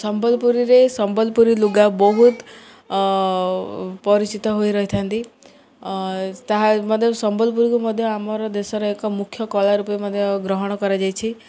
ସମ୍ବଲପୁରୀରେ ସମ୍ବଲପୁରୀ ଲୁଗା ବହୁତ ପରିଚିତ ହୋଇ ରହିଥାନ୍ତି ତାହା ମଧ୍ୟ ସମ୍ବଲପୁରୀକୁ ମଧ୍ୟ ଆମର ଦେଶର ଏକ ମୁଖ୍ୟ କଳା ରୂପେ ମଧ୍ୟ ଗ୍ରହଣ କରାଯାଇଛି